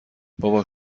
بابا